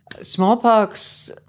Smallpox